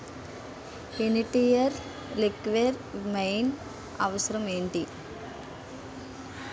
Initial requirement అవసరం ఎంటి?